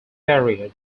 barrier